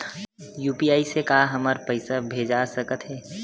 UPI से का हमर पईसा भेजा सकत हे?